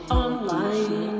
online